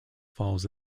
follows